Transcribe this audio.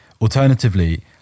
alternatively